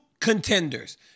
contenders